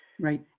Right